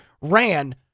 ran